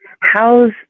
how's